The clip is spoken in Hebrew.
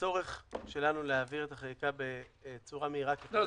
הצורך שלנו להעביר את החקיקה בצורה מהירה ככל האפשר -- לא.